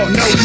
no